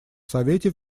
совете